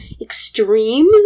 extreme